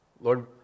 Lord